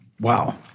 Wow